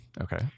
Okay